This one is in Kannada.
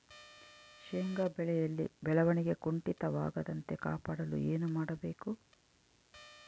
ಶೇಂಗಾ ಬೆಳೆಯಲ್ಲಿ ಬೆಳವಣಿಗೆ ಕುಂಠಿತವಾಗದಂತೆ ಕಾಪಾಡಲು ಏನು ಮಾಡಬೇಕು?